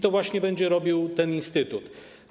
To właśnie będzie robił ten instytut.